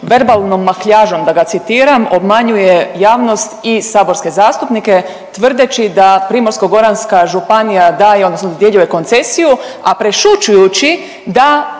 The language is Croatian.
verbalnom makljažom, da ga citiram, obmanjuje javnost i saborske zastupnike tvrdeći da PGŽ daje odnosno dodjeljuje koncesiju, a prešućujući da